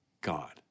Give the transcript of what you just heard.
God